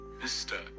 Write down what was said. Mr